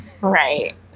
right